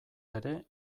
ere